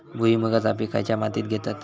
भुईमुगाचा पीक खयच्या मातीत घेतत?